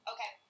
Okay